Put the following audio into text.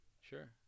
Sure